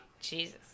Jesus